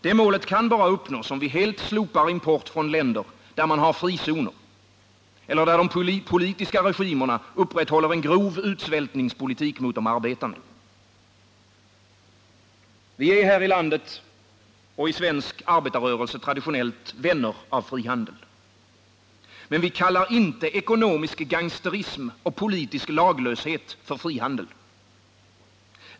Det målet kan bara uppnås om vi helt slopar import från länder där man har frizoner eller där de politiska regimerna upprätthåller en grov utsvältningspolitik mot de arbetande. Vi är här i landet och i svensk arbetarrörelse traditionellt vänner av frihandel. Men vi kallar inte ekonomisk gangsterism och politisk laglöshet för frihandel.